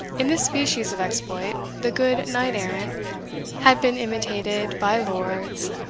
in this species of exploit, the good knight-errant has been imitated by lords,